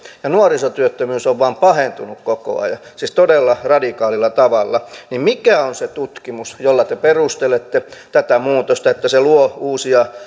ja nuorisotyöttömyys on vain pahentunut koko ajan siis todella radikaalilla tavalla niin mikä on se tutkimus jolla te perustelette tätä muutosta että se luo uusia